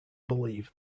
believe